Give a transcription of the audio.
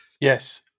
Yes